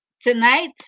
Tonight